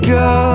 go